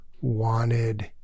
wanted